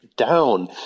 down